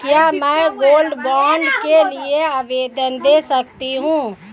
क्या मैं gold bond के लिए आवेदन दे सकती हूँ?